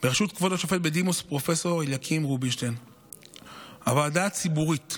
מבלי לחבר דברים שלא באמת מתחברים ואנחנו יודעים שהציבור לא